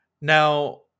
Now